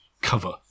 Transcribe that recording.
cover